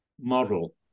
model